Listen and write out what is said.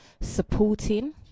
supporting